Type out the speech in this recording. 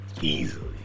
easily